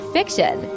Fiction